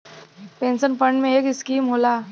pension fund में एक scheme होला